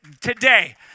today